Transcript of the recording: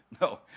no